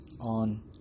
on